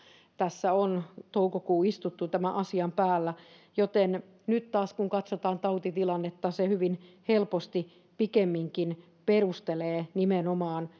tässä on toukokuu istuttu tämän asian päällä joten nyt taas kun katsotaan tautitilannetta sen muuttuminen hyvin helposti pikemminkin perustelee nimenomaan